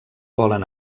volen